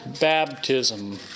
baptism